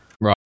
Right